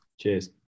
Cheers